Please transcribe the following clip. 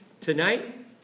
Tonight